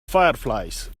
fireflies